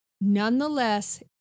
Nonetheless